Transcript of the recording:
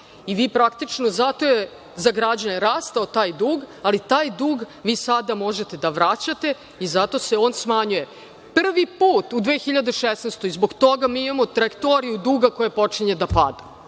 Praktično zato je za građane rastao taj dug. Ali taj dug vi sada možete da vraćate i zato se on smanjuje. Prvi put u 2016. godini, zbog toga mi imamo traktoriju duga koja počinje da pada.